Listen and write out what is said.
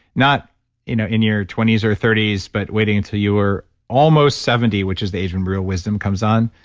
not you know in your twenty s or thirty s but waiting until you were almost seventy, which is the age when real wisdom comes on.